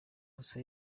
gusa